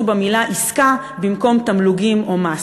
במילה "עסקה" במקום "תמלוגים" או "מס",